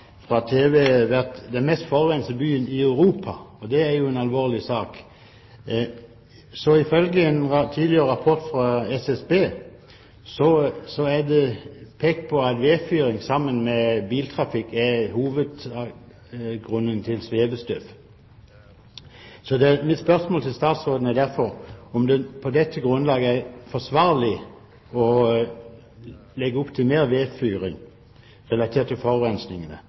tv vært den mest forurensede byen i Europa. Det er jo en alvorlig sak. Ifølge en tidligere rapport fra SSB er vedfyring sammen med biltrafikk hovedgrunnen til svevestøv. Mitt spørsmål til statsråden er derfor: Er det på dette grunnlag, relatert til forurensningen, forsvarlig å legge opp til mer vedfyring?